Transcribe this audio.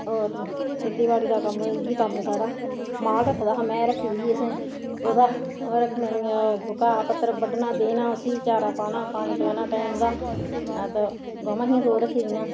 और खेतीबाड़ी दा कम्म इ'यै कम्म साढ़ा माल रक्खे दा हा में रक्खी दी ही असें ओह्दा ओह् घाह् पत्तर बड्ढना देना उसी चारा पाना पानी पलैना टैम दा हां ते गवां हियां दो रक्खी दियां